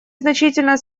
значительно